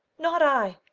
not i.